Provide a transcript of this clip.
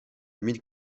mines